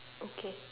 okay